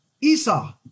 Esau